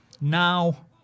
Now